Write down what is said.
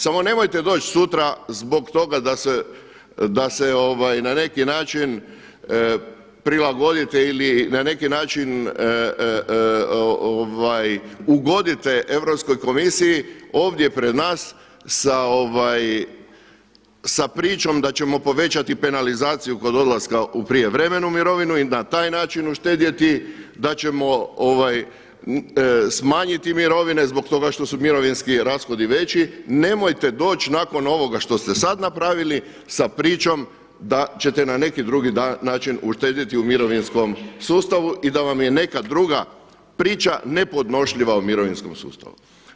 Samo nemojte doći sutra zbog toga da se na neki način prilagodite ili na neki način ugodite Europskoj komisiji ovdje pred nas sa pričom da ćemo povećati penalizaciju kod odlaska u prijevremenu mirovinu i na taj način uštedjeti, da ćemo smanjiti mirovine zbog toga što su mirovinski rashodi veći, nemojte doći nakon ovoga što ste sada napravili sa pričom da ćete na neki drugi način uštedjeti u mirovinskom sustavu i da vam je neka druga priča nepodnošljiva u mirovinskom sustavu.